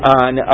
on